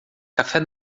café